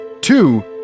Two